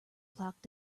clock